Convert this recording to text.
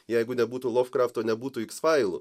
jeigu nebūtų lovkrafto nebūtų iks failų